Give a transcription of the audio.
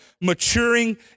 Maturing